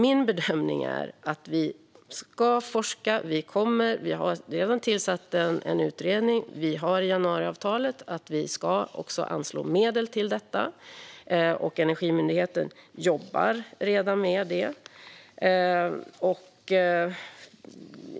Min bedömning är därför att vi ska forska. Vi har redan tillsatt en utredning, och vi har med i januariavtalet att medel ska anslås till detta. Energimyndigheten jobbar redan med det.